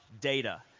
data